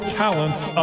talents